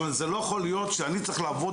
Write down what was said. אבל זה לא יכול להיות שאני צריך לעבוד